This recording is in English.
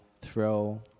throw